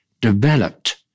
developed